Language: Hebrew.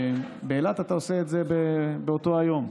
ובאילת אתה עושה את זה באותו היום.